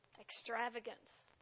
Extravagance